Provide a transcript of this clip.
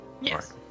Yes